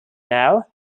now